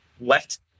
left